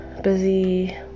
busy